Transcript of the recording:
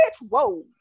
Whoa